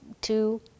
two